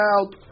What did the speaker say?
out